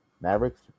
Maverick's